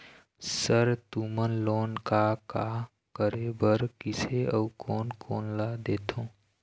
Sir तुमन loan का का करें बर, किसे अउ कोन कोन ला देथों?